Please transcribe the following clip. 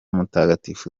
mutagatifu